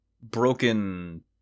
broken